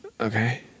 Okay